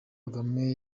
kagame